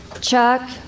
Chuck